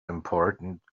important